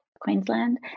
Queensland